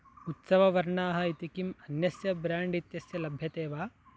उत्सववर्णाः इति किम् अन्यस्य ब्रेण्ड् इत्यस्य लभ्यते वा